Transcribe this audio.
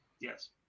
Yes